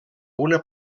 una